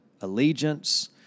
allegiance